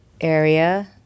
area –